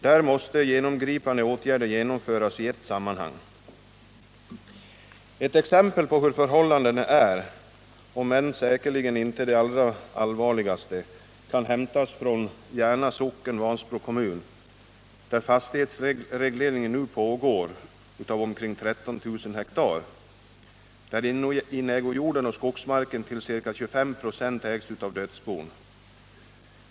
Där måste genomgripande åtgärder genomföras i ett sammanhang. Ett exempel på hur förhållandena är — om än säkerligen inte det allvarligaste — kan hämtas från Järna socken i Vansbro kommun, där fastighetsreglering nu pågår av omkring 13 000 hektar och där inägojorden och skogsmarken till ca 25 96 ägs av dödsbon.